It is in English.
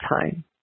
time